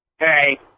Hey